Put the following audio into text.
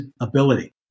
ability